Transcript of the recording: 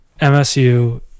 MSU